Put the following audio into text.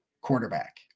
quarterback